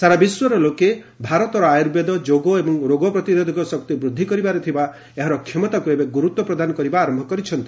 ସାରା ବିଶ୍ୱର ଲୋକେ ଭାରତର ଆୟୁର୍ବେଦ ଯୋଗ ଏବଂ ରୋଗ ପ୍ରତିରୋଧକ ଶକ୍ତି ବୃଦ୍ଧି କରିବାରେ ଥିବା ଏହାର କ୍ଷମତାକୁ ଏବେ ଗୁରୁତ୍ୱ ପ୍ରଦାନ କରିବା ଆରମ୍ଭ କରିଛନ୍ତି